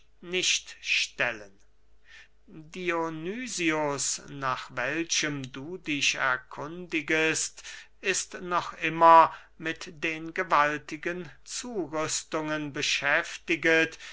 nicht stellen dionysius nach welchem du dich erkundigest ist noch immer mit den gewaltigen zurüstungen beschäftiget